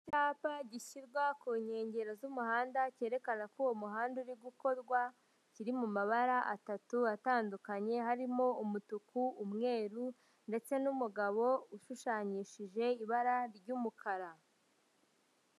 Icyapa gishyirwa ku nkengero z'umuhanda, cyerekana ko uwo muhanda uri gukorwa, kiri mu mabara atatu atandukanye, harimo umutuku, umweru, ndetse n'umugabo ushushanyishije ibara ry'umukara.